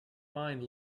mind